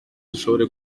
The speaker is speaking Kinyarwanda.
dushobore